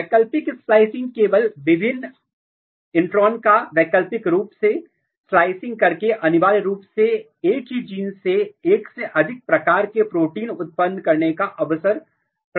वैकल्पिक splicing केवल भिन्न इंट्रॉन का वैकल्पिक रूप से स्लाइसिंग करके अनिवार्य रूप से एक ही जीन से एक से अधिक प्रकार के प्रोटीन उत्पन्न करने का अवसर प्रदान करता है